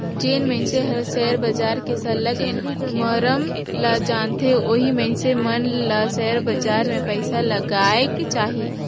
जेन मइनसे हर सेयर बजार के सरलग मरम ल जानथे ओही मइनसे मन ल सेयर बजार में पइसा लगाएक चाही